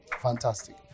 Fantastic